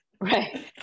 Right